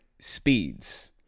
speeds